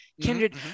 Kindred